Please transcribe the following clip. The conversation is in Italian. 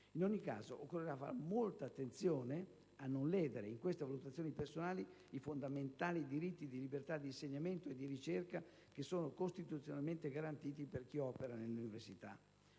In ogni caso, occorrerà fare molta attenzione a non ledere in queste valutazioni personali i fondamentali diritti di libertà di insegnamento e di ricerca che sono costituzionalmente garantiti per chi opera nell'università.